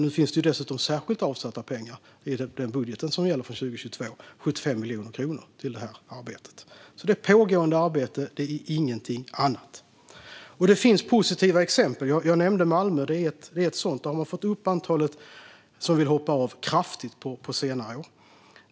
Nu finns det dessutom särskilt avsatta pengar i den budget som gäller för 2022. Det är 75 miljoner kronor som anslås till det här arbetet. Det är ett pågående arbete; det är ingenting annat. Det finns positiva exempel. Jag nämnde Malmö. Där har man kraftigt fått upp antalet som vill hoppa av på senare år.